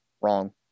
Wrong